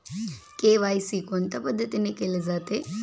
KYC कोणत्या पद्धतीने केले जाते?